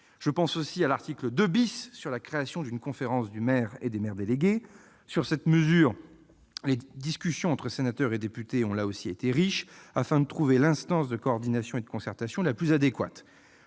Je pense aussi à l'article 2 relatif à la création d'une conférence du maire et des maires délégués. Sur cette mesure, les discussions entre sénateurs et députés ont été riches afin de trouver l'instance de coordination et de concertation la plus adéquate.